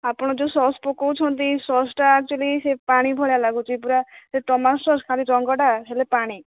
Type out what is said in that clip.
ଆପଣ ଯେଉଁ ସସ୍ ପକାଉଛନ୍ତି ସସ୍ଟା ଆକ୍ଚୁଆଲି ପାଣି ଭଳିଆ ଲାଗୁଛି ପୁରା ସେ ଟମାଟୋ ସସ୍ ଖାଲି ରଙ୍ଗଟା ହେଲା ପାଣି